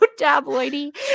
tabloidy